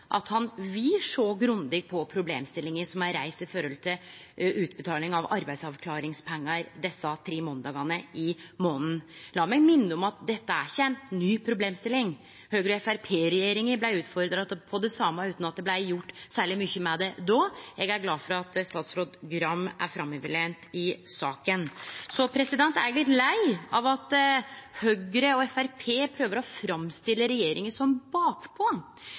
at han vil sjå grundig på problemstillinga som er reist når det gjeld utbetaling av arbeidsavklaringspengar desse tre måndagane i månaden. Lat meg minne om at dette ikkje er ei ny problemstilling. Høgre–Framstegsparti-regjeringa blei utfordra på det same, utan at det blei gjort særleg mykje med det då. Eg er glad for at statsråd Gram er framoverlent i saka. Så er eg litt lei av at Høgre og Framstegspartiet prøver å framstille regjeringa som bakpå.